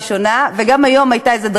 הלאה, זה נעצר על 3,000. גם זה משמעותי.